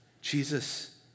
Jesus